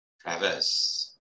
Travis